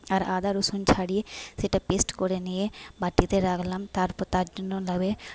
আর আদা রুসুন ছাড়িয়ে সেটা পেস্ট করে নিয়ে বাটিতে রাখলাম তারপর তার জন্য লাগবে